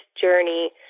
journey